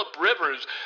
Rivers